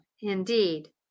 indeed